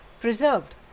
preserved